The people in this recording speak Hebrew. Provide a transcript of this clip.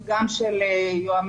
גם של היועץ